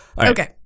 Okay